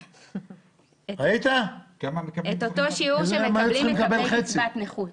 הם היו צריכים לקבל חצי.